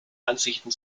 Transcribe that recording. ansichten